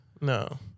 no